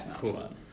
Cool